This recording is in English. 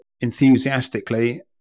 enthusiastically